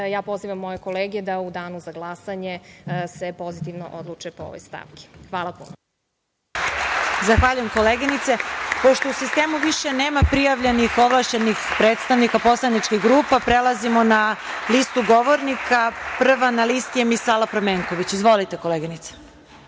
Ja pozivam moje kolege da u danu za glasanje se pozitivno odluče po ovoj stavki. Hvala. **Marija Jevđić** Zahvaljujem, koleginice. Pošto u sistemu više nema prijavljenih ovlašćenih predstavnika poslaničkih grupa, prelazimo na listu govornika. Prva na listi je Misala Pramenković. Izvolite.